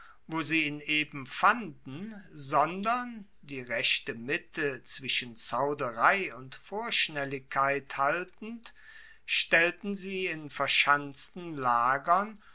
wo sie ihn eben fanden sondern die rechte mitte zwischen zauderei und vorschnelligkeit haltend stellten sie in verschanzten lagern